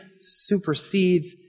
supersedes